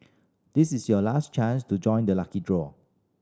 this is your last chance to join the lucky draw